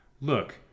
look